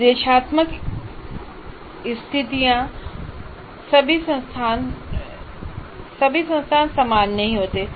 निर्देशात्मक स्थितियां सभी संस्थान समान नहीं होते हैं